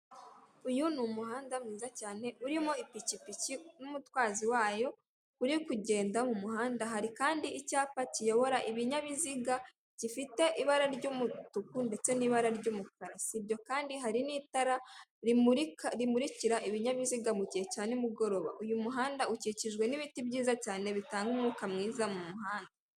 Uyu ni umuhanda mwiza cyane urimo ipikipiki n'umutwazi wayo uri kugenda mu muhanda, hari kandi icyapa kiyobora ibinyabiziga gifite ibara ry'umutuku ndetse n'ibara ry'umukara, sibyo kandi hari n'itara rimuririka ibinyabiziga mu gihe cya nimugoroba uyu muhanda ukikijwe n'ibiti byiza cyane bitanga umwuka mwiza mu muhanda.